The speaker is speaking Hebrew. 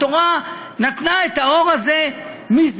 התורה נתנה את האור הזה מזמן,